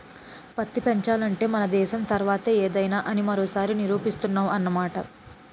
పత్తి పెంచాలంటే మన దేశం తర్వాతే ఏదైనా అని మరోసారి నిరూపిస్తున్నావ్ అన్నమాట